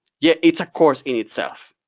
yeah it's a course in itself,